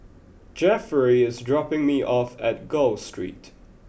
Jefferey is dropping me off at Gul Street